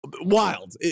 wild